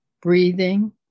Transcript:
breathing